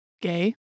Gay